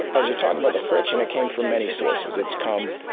as you talk about the friction, it came from many sources. it's come